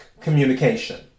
communication